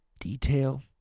Detail